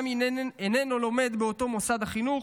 גם אם איננו לומד באותו מוסד חינוך